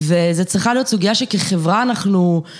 וזה צריכה להיות סוגיה שכחברה אנחנו